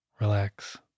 relax